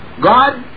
God